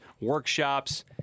workshops